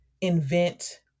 invent